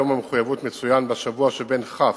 יום המחויבות מצוין בשבוע שבין כ'